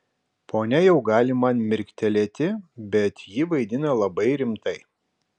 ponia jau gali man mirktelėti bet ji vaidina labai rimtai